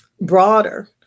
broader